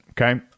okay